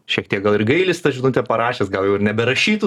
šiek tiek gal ir gailisi tą žinutę parašęs gal jau ir neberašytų